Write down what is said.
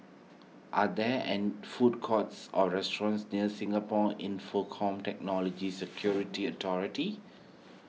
are there and food courts or restaurants near Singapore Infocomm Technology Security Authority